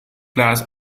class